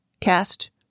cast